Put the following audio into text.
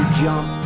jump